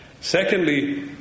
Secondly